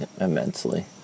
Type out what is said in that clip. immensely